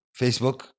Facebook